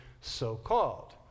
so-called